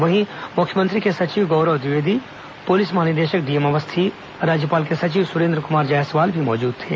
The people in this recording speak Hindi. वहीं मुख्यमंत्री के सचिव गौरव द्विवेदी पुलिस महानिदेशक डीएम अवस्थी राज्यपाल के सचिव सुरेन्द्र कुमार जायसवाल भी मौजूद थे